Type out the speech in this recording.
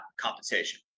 compensation